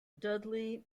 dudley